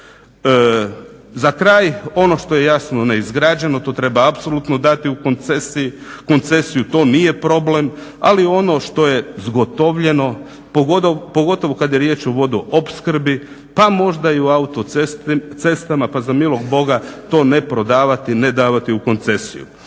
Za kraj ono što je jasno neizgrađeno to treba apsolutno dati u koncesiju, to nije problem. Ali ono što je zgotovljeno, pogotovo kada je riječ o vodoopskrbi pa možda i o autocestama, pa za milog Boga to ne prodavati, ne davati u koncesiju.